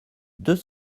deux